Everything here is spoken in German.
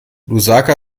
lusaka